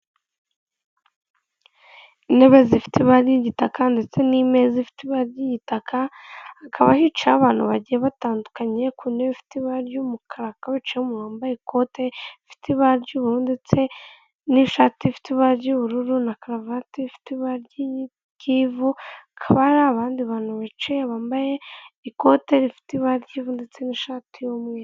Intebe zifite ibara ry'igitaka ndetse n'imeza ifite iba ry'yitaka hakaba hicayeho abantu bagiye batandukanye ku ntebe ifite ibara ry'umukara hakaba hicayeho umuntu wambaye ikote rifite ibara ry'ubururu ndetse n'ishati ifite ibara ry'ubururu na karuvati ifite ibara ry'ivu akaba hari abandi bantu bicaye bambaye ikote rifite ibara ry'ivu ndetse n'ishati y'umweru.